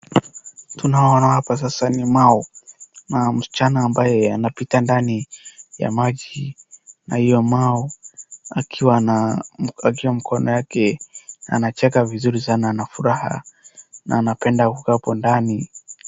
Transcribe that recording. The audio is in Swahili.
Tunaona hapa sasa ni mao na msichana ambaye anapita ndani ya maji, na huyo mdogo akiwa na mkewe mkononi. Anacheka vizuri sana, anaonyesha furaha, na anapenda kukaa huko ndani